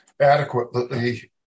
adequately